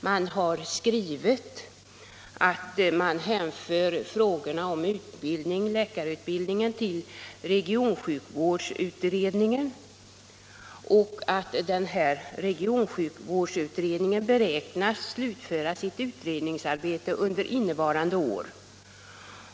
Utskottet skriver att frågorna om det medicinska innehållet inom reumatologin i regionsjukvården f. n. behandlas inom regionsjukvårdsutredningen och att denna beräknas slutföra sitt arbete under innevarande år.